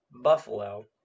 Buffalo